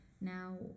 now